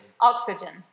Oxygen